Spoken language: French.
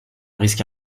risque